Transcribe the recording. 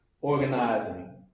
organizing